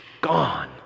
gone